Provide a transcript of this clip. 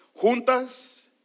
juntas